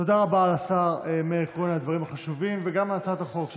תודה רבה לשר מאיר כהן על הדברים החשובים וגם על הצעת החוק,